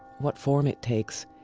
what form it takes,